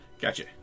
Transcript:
Gotcha